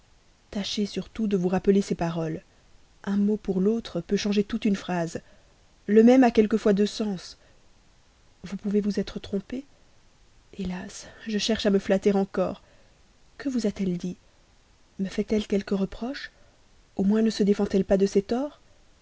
tâchez surtout de vous rappeler ses paroles un mot pour l'autre peut changer toute une phrase le même a quelquefois deux sens vous pouvez vous être trompé hélas je cherche à me flatter encore que vous a-t-elle dit me fait-elle quelque reproche au moins ne se défend elle pas de ses torts